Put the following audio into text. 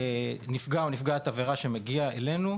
נפגע או נפגעת עבירה שמגיעים אלינו,